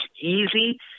easy